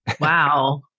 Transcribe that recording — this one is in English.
Wow